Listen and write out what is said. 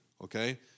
okay